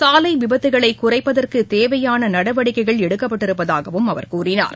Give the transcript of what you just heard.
சாலை விபத்துக்களை குறைப்பதற்கு தேவையாள நடவடிக்கைகள் எடுக்கப்பட்டிருப்பதாகவும் அவர் கூறினார்